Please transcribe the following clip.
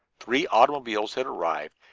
three automobiles had arrived,